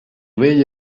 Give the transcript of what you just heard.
vell